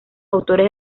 autores